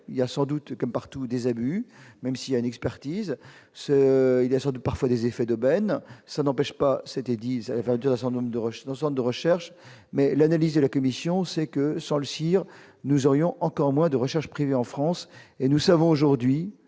il y a sans doute, comme partout, des abus, même s'il y a une expertise ce est descendue parfois des effets d'aubaine, ça n'empêche pas, c'était 10 à la de refinancement de recherche mais l'analyse de la Commission, c'est que sur le nous aurions encore moins de recherche privée en France et nous savons aujourd'hui